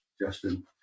Justin